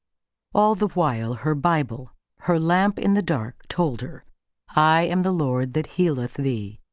all the while, her bible her lamp in the dark told her i am the lord that healeth thee.